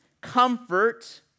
comfort